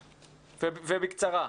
ובקצרה.